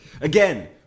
again